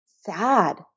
sad